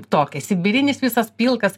tokiq sibirinis visas pilkas